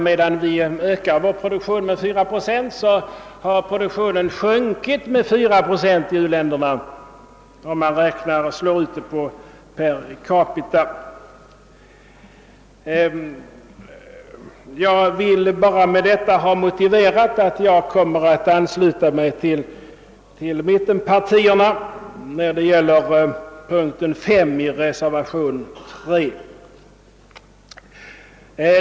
Medan vi ökar vår produktion med 4 procent, sjunker produktionen med 4 procent i utvecklingsländerna, om man slår ut detta per capita. Jag vill med det anförda bara ha motiverat att jag kommer att ansluta mig till mittenpartierna beträffande punkt 5 och rösta för den med 3 betecknade reservationen.